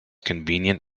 convenient